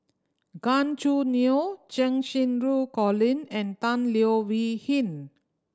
Gan Choo Neo Cheng Xinru Colin and Tan Leo Wee Hin